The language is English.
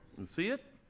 and see it?